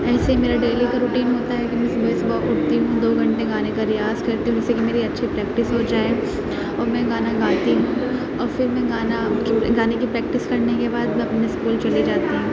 ایسے ہی میرا ڈیلی کا روٹین ہوتا ہے کہ میں صبح صبح اٹھتی ہوں دو گھنٹے گانے کا ریاض کرتی ہوں جس سے کہ میری اچھی پریکٹس ہو جائے اور میں گانا گاتی ہوں اور پھر میں گانا گانے کی پریکٹس کرنے کے بعد میں اپنے اسکول چلی جاتی ہوں